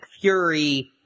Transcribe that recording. Fury